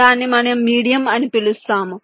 దాన్ని మనం మీడియం అని పిలుస్తాము